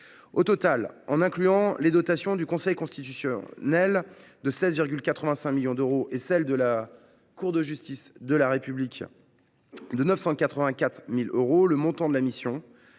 Au total, en incluant la dotation du Conseil constitutionnel, 16,85 millions d’euros, et celle de la Cour de justice de la République, 984 000 euros, le montant de la mission